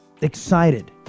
excited